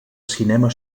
cinema